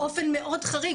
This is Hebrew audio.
באופן מאוד חריג,